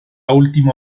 última